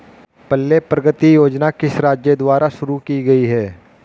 पल्ले प्रगति योजना किस राज्य द्वारा शुरू की गई है?